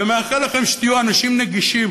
ולאחל לכם שתהיו אנשים נגישים,